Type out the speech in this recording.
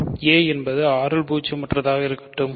a என்பது R இல் பூஜ்ஜியமற்றதாக இருக்கட்டும்